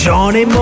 Johnny